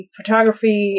photography